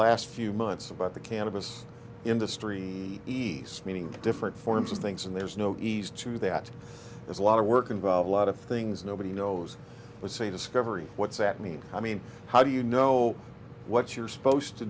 last few months about the cannabis industry east meaning different forms of things and there's no easy to that there's a lot of work involved a lot of things nobody knows what's a discovery what's that mean i mean how do you know what you're supposed to